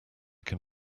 can